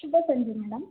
ಶುಭ ಸಂಜೆ ಮೇಡಮ್